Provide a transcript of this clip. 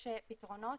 פתרונות,